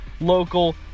local